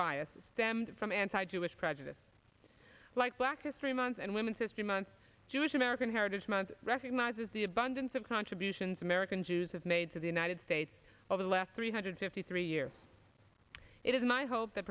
biases stemmed from anti jewish prejudice like black history month and women's history month jewish american heritage month recognizes the abundance of contributions american jews have made to the united states over the last three hundred fifty three years it is my hope that